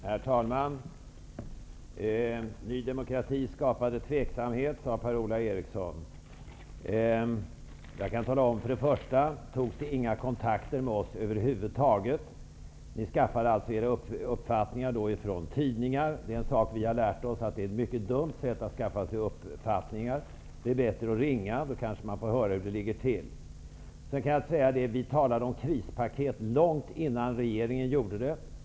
Herr talman! Ny demokrati skapade tveksamhet, sade Per-Ola Eriksson. Jag kan för det första tala om att det inte togs några som helst kontakter med oss. Ni skaffade alltså era uppfattningar från tidningar. Det är ett mycket dumt sätt att skaffa sig uppfattningar, har vi lärt oss. Det är bättre att ringa och ta kontakt, då kanske man får höra hur det verkligen ligger till. Vi talade om krispaket långt innan regeringen gjorde det.